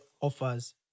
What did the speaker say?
offers